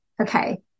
Okay